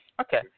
Okay